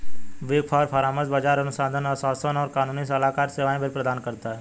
big four परामर्श, बाजार अनुसंधान, आश्वासन और कानूनी सलाहकार सेवाएं भी प्रदान करता है